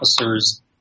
officers